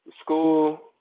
school